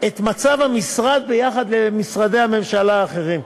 את מצב המשרד ביחס למשרדי הממשלה האחרים.